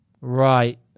Right